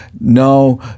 no